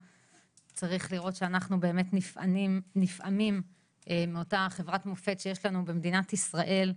צריך לראות שאנחנו באמת נפעמים מאותה חברת המופת שיש לנו במדינת ישראל,